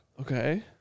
Okay